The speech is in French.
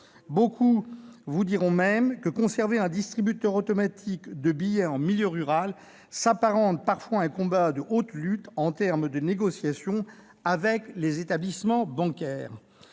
Beaucoup vous diront même que conserver un distributeur automatique de billets en milieu rural s'apparente, parfois, à un combat de haute lutte en termes de négociation avec les établissements bancaires.